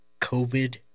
COVID